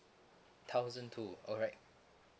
thousand two alright